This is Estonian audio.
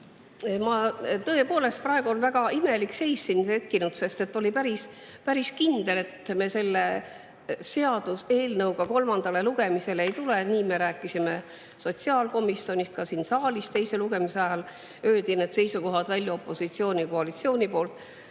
Tõepoolest, praegu on siin väga imelik seis tekkinud, sest oli päris kindel, et me selle seaduseelnõuga kolmandale lugemisele ei tule. Nii me rääkisime sotsiaalkomisjonis. Ka siin saalis teise lugemise ajal ütlesid opositsioon ja koalitsioon need